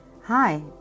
Hi